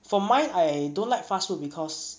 for me I don't like fast food because